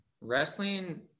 Wrestling